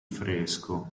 fresco